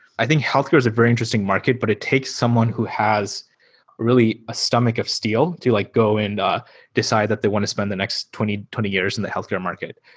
i think healthcare is a very interesting market, but it takes someone who has really a stomach of steel to like go and ah decide that they want to spend the next twenty twenty years in the healthcare market.